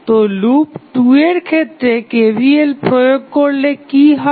তো লুপ 2 এর ক্ষেত্রে KVL প্রয়োগ করলে কি হবে